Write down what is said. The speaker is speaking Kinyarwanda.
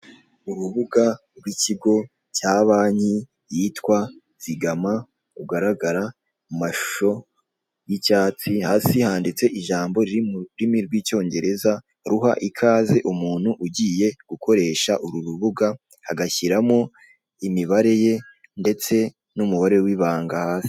Urubuga rw'ikigo cya banki yitwa zigama rugaragara mu mashusho y'icyatsi, hasi handitse ijambo riri mu rururimi rw'icyongereza ruha ikaze umuntu ugiye gukoresha uru rubuga agashyiramo imibare ye ndetse n'umubare w'ibanga hasi.